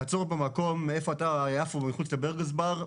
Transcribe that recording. תעצור במקום איפה שאתה נמצא ברחוב יפו מחוץ לבורגוס בר.